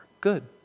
Good